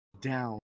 down